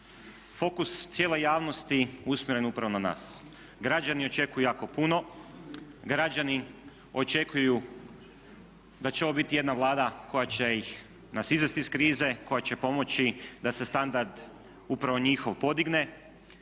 Fokus cijele javnosti je usmjeren upravo na nas. Građani očekuju jako puno, građani očekuju da će ovo biti jedna Vlada koja će nas izvesti iz krize, koja će pomoći da se standard upravo njihov podigne